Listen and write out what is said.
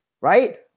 right